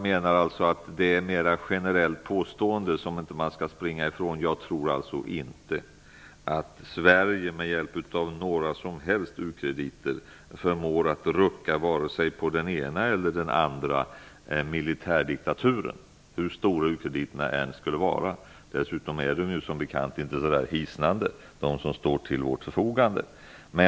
Det är ett generellt påstående som man inte skall springa ifrån. Jag tror inte att Sverige med hjälp av några som helst u-krediter förmår att rucka vare sig den ena eller den andra militärdiktaturen -- hur stora ukrediterna än skulle vara. Dessutom är de krediter som står till vårt förfogande som bekant inte så hisnande stora.